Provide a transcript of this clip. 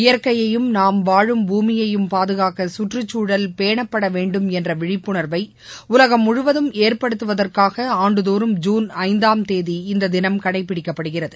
இயற்கையையும் நாம் வாழும் பூமியையும் பாதுகாக்க சுற்றுச்சூழல் பேணப்பட வேண்டும் என்ற விழிப்புணர்வை முழுவதும் ஏற்படுத்தவதற்காக ஆண்டுதோறும் ஜூன் ஐந்தாம் தேதி கடைபிடிக்கப்படுகிறது